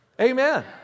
Amen